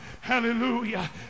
Hallelujah